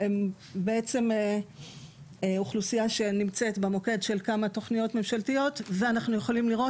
בעצם נמצאת במוקד של כמה תוכניות ממשלתיות ואנחנו יכולים לראות